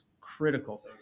critical